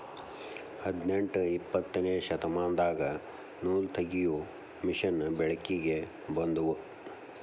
ಹದನೆಂಟ ಇಪ್ಪತ್ತನೆ ಶತಮಾನದಾಗ ನೂಲತಗಿಯು ಮಿಷನ್ ಬೆಳಕಿಗೆ ಬಂದುವ